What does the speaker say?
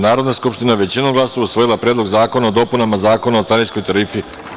Narodna skupština većinom glasova usvojila Predlog zakona o dopunama Zakona o carinskoj tarifi.